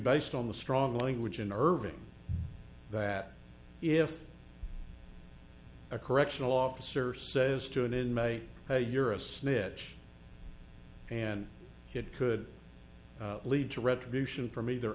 based on the strong language in irving that if a correctional officer says to an inmate hey you're a snitch and it could lead to retribution from either